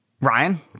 Ryan